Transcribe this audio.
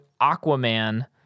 Aquaman